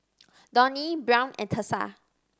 Donnie Brown and Thursa